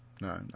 no